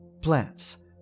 Plants